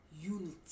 Unity